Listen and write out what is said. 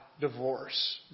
divorce